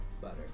Butter